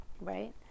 right